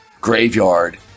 graveyard